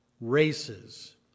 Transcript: races